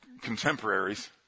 contemporaries